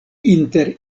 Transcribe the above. inter